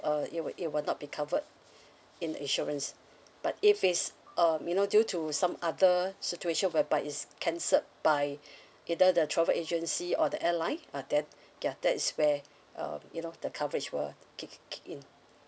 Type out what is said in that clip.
uh it will it will not be covered in insurance but if it's um you know due to some other situation whereby it's cancelled by either the travel agency or the airline uh then yeah that is where uh you know the coverage will kick kick in